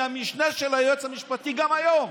שהיא המשנה של היועץ המשפטי גם היום,